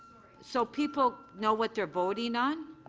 so people know what they're voting on.